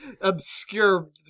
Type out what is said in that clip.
obscure